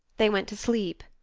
they went to sleep,